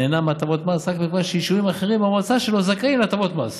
נהנה מהטבות מס רק מכיוון שיישובים אחרים במועצה שלו זכאים להטבות מס.